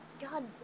God